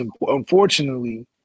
unfortunately